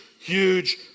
huge